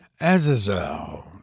Azazel